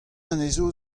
anezho